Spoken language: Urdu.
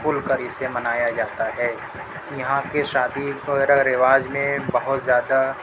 کھل کر اسے منایا جاتا ہے یہاں کے شادی وغیرہ رواج میں بہت زیادہ